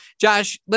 Josh